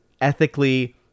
ethically